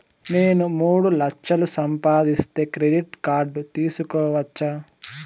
నేను మూడు లక్షలు సంపాదిస్తే క్రెడిట్ కార్డు తీసుకోవచ్చా?